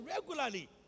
regularly